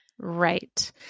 Right